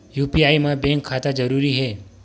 UPI मा bank खाता जरूरी हे?